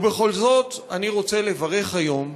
ובכל זאת, אני רוצה לברך היום